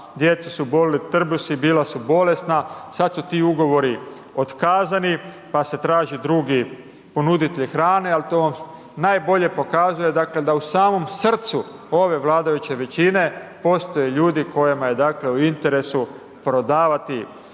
djecu su bolili trbusi, bila su bolesna, sada su ti ugovori otkazani, pa se traži drugi ponuditelj hrane, ali to vam najbolje pokazuje da u samom srcu ove vladajuće većine, postoje ljudi kojima je dakle, u interesu prodavati